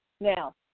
Now